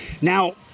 Now